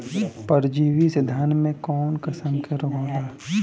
परजीवी से धान में कऊन कसम के रोग होला?